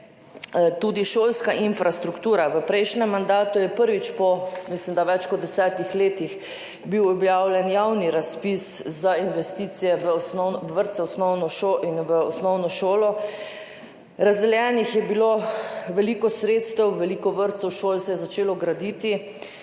tudi šolska infrastruktura. V prejšnjem mandatu je bil, mislim, da prvič po več kot 10 letih, objavljen javni razpis za investicije v vrtce in osnovne šole. Razdeljenih je bilo veliko sredstev. Veliko vrtcev šol se je začelo graditi, tako